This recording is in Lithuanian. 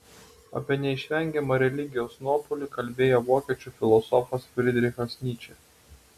apie neišvengiamą religijos nuopuolį kalbėjo vokiečių filosofas frydrichas nyčė